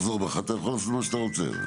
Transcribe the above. אתה רוצה לחזור בך תעשה מה שאתה רוצה.